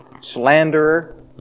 slanderer